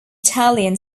italian